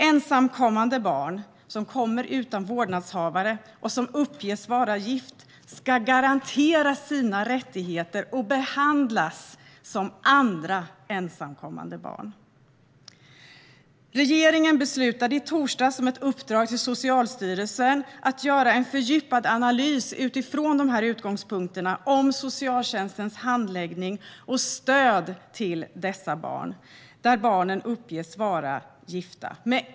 Ensamkommande barn som kommer hit utan vårdnadshavare och som uppges vara gifta ska garanteras sina rättigheter och behandlas som andra ensamkommande barn. Regeringen beslutade i torsdags om ett uppdrag till Socialstyrelsen om att man ska göra en fördjupad analys utifrån dessa utgångspunkter av socialtjänstens handläggning och stöd till de barn som uppges vara gifta.